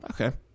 okay